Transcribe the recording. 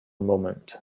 moment